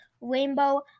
rainbow